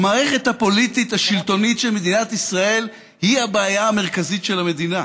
המערכת הפוליטית השלטונית של מדינת ישראל היא הבעיה המרכזית של המדינה.